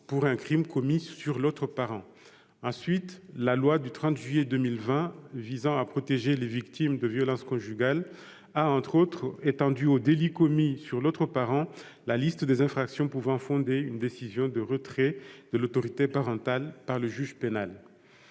la loi du 30 juillet 2020 visant à protéger les victimes de violences conjugales a, entre autres dispositions, ajouté les délits commis sur l'autre parent à la liste des infractions pouvant fonder une décision de retrait de l'autorité parentale par le juge pénal.